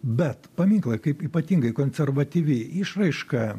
bet paminklai kaip ypatingai konservatyvi išraiška